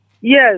Yes